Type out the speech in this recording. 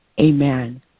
amen